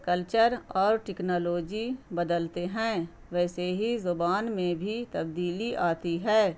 culture اور technology بدلتے ہیں ویسے ہی زبان میں بھی تبدیلی آتی ہے